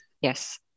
Yes